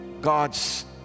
God's